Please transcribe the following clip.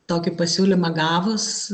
tokį pasiūlymą gavus